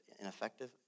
ineffective